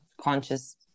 conscious